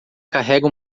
carrega